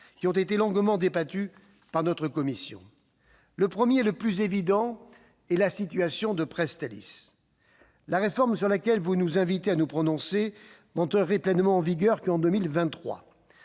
qui ont été longuement débattus par la commission. Le premier, le plus évident, est la situation de Presstalis. La réforme sur laquelle vous nous invitez à nous prononcer n'entrerait pleinement en vigueur qu'en 2023.